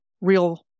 real